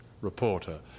reporter